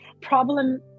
problem